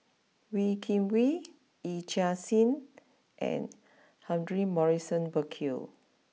Wee Kim Wee Yee Chia Hsing and Humphrey Morrison Burkill